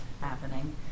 happening